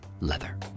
leather